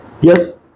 yes